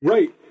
Right